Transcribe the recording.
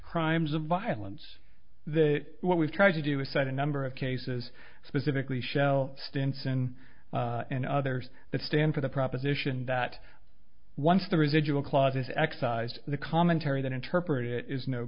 crimes of violence what we've tried to do is set a number of cases specifically shell stinson and others that stand for the proposition that once the residual clause is excised the commentary that interpret it is no